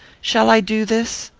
shall i do this?